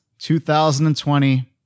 2020